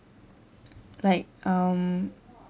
like um